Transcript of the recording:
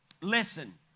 Listen